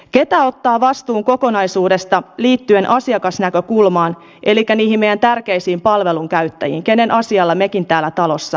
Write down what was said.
kuka ottaa vastuun kokonaisuudesta liittyen asiakasnäkökulmaan elikkä niihin meidän tärkeisiin palvelunkäyttäjiin joiden asialla mekin täällä talossa teemme töitä